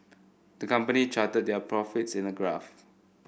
the company charted their profits in a graph